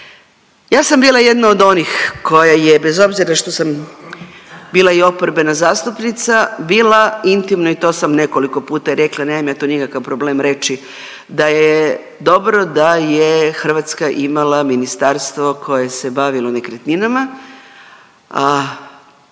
Ja sam bila jedna od onih koja je bez obzira što sam bila i oporbena zastupnica bila intimno i to sam nekoliko puta rekla, nemam ja to nikakav problem reći da je dobro da je Hrvatska imala ministarstvo koje se bavilo nekretninama,